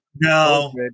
No